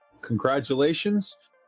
congratulations